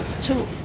two